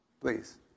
Please